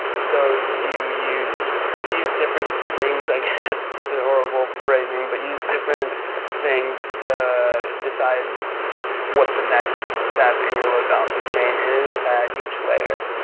so you use you use different things like it's so horrible phrasing, but use different things to decide what the next step in your load-balancing chain is at each layer.